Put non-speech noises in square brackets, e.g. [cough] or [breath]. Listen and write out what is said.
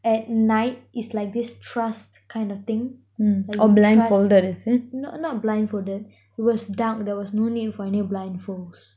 at night is like this trust kind of thing like you trust the not not blindfolded [breath] it was dark there was no need for any blindfolds